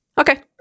okay